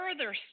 further